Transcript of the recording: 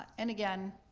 and again,